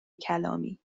کلامی